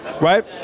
right